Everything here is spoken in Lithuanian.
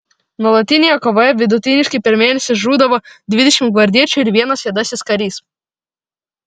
nuolatinėje kovoje vidutiniškai per mėnesį žūdavo dvidešimt gvardiečių ir vienas juodasis karys